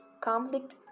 conflict